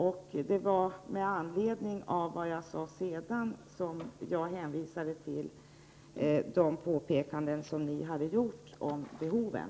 Det var med anledning av vad jag sade sedan som jag hänvisade till de påpekanden som ni hade gjort om behoven.